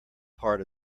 part